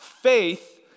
faith